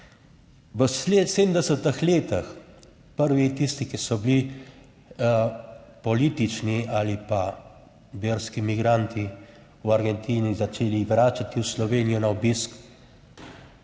V 70. letih, prvi tisti, ki so bili politični ali pa verski migranti v Argentini začeli vračati v Slovenijo na obisk,